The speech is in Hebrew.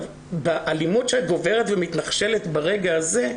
באלימות שגוברת ברגע הזה,